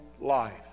life